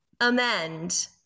amend